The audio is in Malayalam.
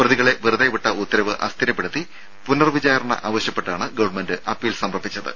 പ്രതികളെ വെറുതെ വിട്ട ഉത്തരവ് അസ്ഥിരപ്പെടുത്തി പുനർ വിചാരണ ആവശ്യപ്പെട്ടാണ് ഗവൺമെന്റ് അപ്പീൽ സമർപ്പിച്ചത്